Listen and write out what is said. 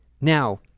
Now